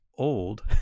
Old